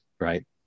Right